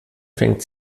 fängt